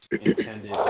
intended